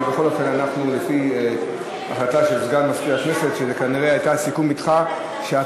כנראה הנושא נדחה.